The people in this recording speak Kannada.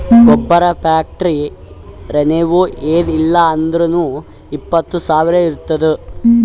ಗೊಬ್ಬರ ಫ್ಯಾಕ್ಟರಿ ರೆವೆನ್ಯೂ ಏನ್ ಇಲ್ಲ ಅಂದುರ್ನೂ ಇಪ್ಪತ್ತ್ ಸಾವಿರ ಇರ್ತುದ್